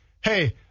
hey